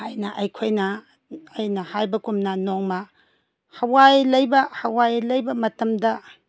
ꯍꯥꯏꯅ ꯑꯩꯈꯣꯏꯅ ꯑꯩꯅ ꯍꯥꯏꯕꯒꯨꯝꯅ ꯅꯣꯡꯃ ꯍꯋꯥꯏ ꯂꯩꯕ ꯍꯋꯥꯏ ꯂꯩꯕ ꯃꯇꯝꯗ